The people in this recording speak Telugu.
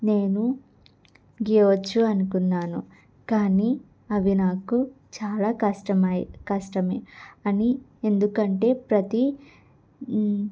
నేను గీయవచ్చు అనుకున్నాను కానీ అవి నాకు చాలా కష్టమై కష్టమే అని ఎందుకంటే ప్రతి